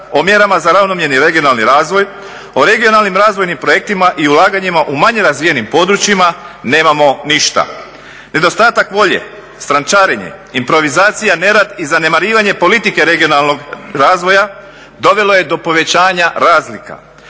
o mjerama za ravnomjerni regionalni razvoj, o regionalnim razvojnim projektima i ulaganjima u manje razvijenim područjima nemamo ništa. Nedostatak volje, strančarenje, improvizacija, nerad i zanemarivanje politike regionalnog razvoja dovelo je do povećanja razlika.